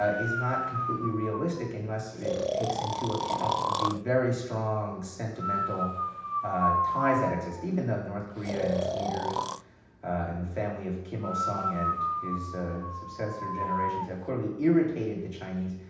ah is not completely realistic, unless it takes into account the very strong sentimental ties that exist. even though north korea and its leaders in the family of kim il sung and his successor generations have clearly irritated the chinese,